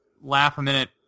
laugh-a-minute